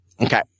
Okay